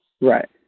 Right